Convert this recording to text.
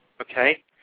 okay